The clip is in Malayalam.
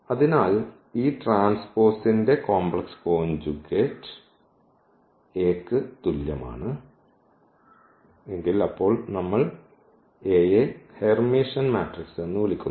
അതിനാൽ ഈ ട്രാൻസ്പോസിൻറെ കോംപ്ലക്സ് കോഞ്ചുഗേറ്റു A യ്ക്ക് തുല്യമാണ് അപ്പോൾ നമ്മൾ A യെ ഹെർമിഷ്യൻ മാട്രിക്സ് എന്ന് വിളിക്കുന്നു